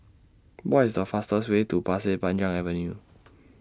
What IS The fastest Way to Pasir Panjang Avenue